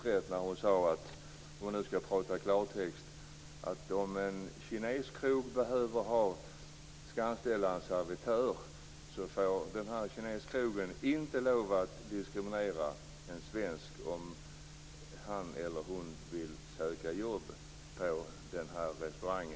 Om jag förstod henne rätt så sade hon att om en kineskrog skall anställa en servitör får den inte lov att diskriminera en svensk om han eller hon söker jobb på denna restaurang.